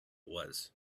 was